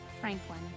Franklin